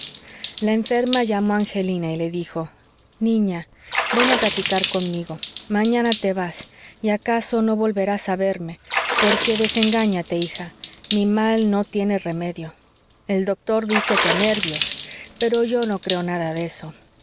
la enferma llamó a angelina y le dijo niña ven a platicar conmigo mañana te vas y acaso no volverás a verme porque desengáñate hija mi mal no tiene remedio el doctor dice que nervios pero yo no creo nada de eso